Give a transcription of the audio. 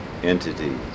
entities